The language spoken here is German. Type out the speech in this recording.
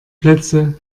plätze